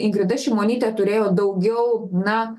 ingrida šimonytė turėjo daugiau na